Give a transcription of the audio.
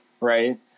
right